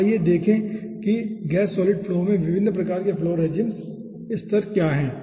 आगे आइए देखें कि गैस सॉलिड फ्लो में विभिन्न प्रकार के फ्लो रेजीम्स स्तर क्या हैं